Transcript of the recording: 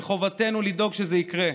וחובתנו לדאוג שזה יקרה.